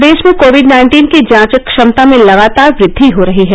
प्रदेश में COVID nineteen की जांच क्षमता में लगातार वृद्धि हो रही है